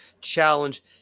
challenge